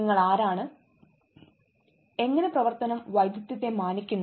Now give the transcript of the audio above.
നിങ്ങൾ ആരാണ് എങ്ങനെ പ്രവർത്തനം വൈവിധ്യത്തെ മാനിക്കുന്നു